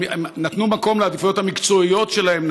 הם נתנו מקום לעדיפויות המקצועיות שלהם,